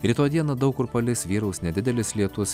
rytoj dieną daug kur palis vyraus nedidelis lietus